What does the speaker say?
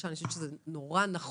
אני חושבת שזה מאוד נכון.